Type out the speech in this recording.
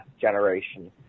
generation